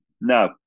no